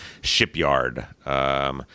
Shipyard